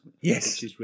Yes